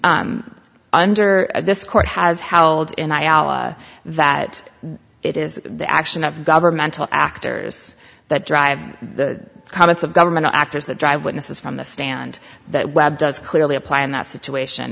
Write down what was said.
under this court has held in iowa that it is the action of governmental actors that drive the comments of government actors that drive witnesses from the stand that webb does clearly apply in that situation